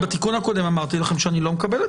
בתיקון הקודם אמרתי לכם שאני לא מקבל את